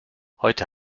heute